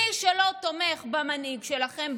מי שלא תומך במנהיג שלכם,